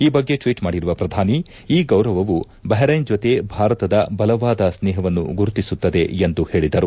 ಈ ಬಗ್ಗೆ ಟ್ವಿಟ್ ಮಾಡಿರುವ ಪ್ರಧಾನಿ ಈ ಗೌರವವು ಬಹರೈನ್ ಜೊತೆ ಭಾರತದ ಬಲವಾದ ಸ್ವೇಹವನ್ನು ಗುರುತಿಸುತ್ತದೆ ಎಂದು ಹೇಳಿದರು